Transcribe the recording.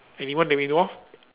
anyone that we know of